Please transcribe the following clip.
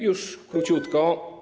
Już króciutko.